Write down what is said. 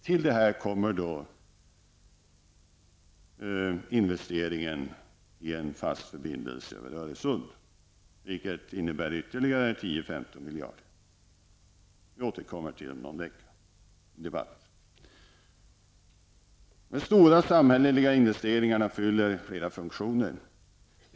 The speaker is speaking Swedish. Till detta kommer investeringen i den fasta förbindelsen över Öresund, och det betyder att summan skall ökas med ytterligare 10--15 miljarder kronor. Vi återkommer till debatten därom om någon vecka. De stora samhälleliga investeringarna fyller flera funktioner.